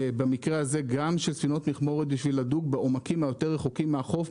במקרה הזה גם של ספינות מכמורת בשביל לדוג בעומקים רחוקים יותר מן החוף,